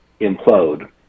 implode